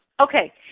Okay